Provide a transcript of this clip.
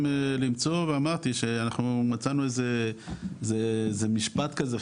למצוא ואמרתי שאנחנו מצאנו איזה משפט כזה,